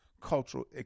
cultural